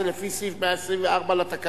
19), לפי סעיף 124 לתקנון.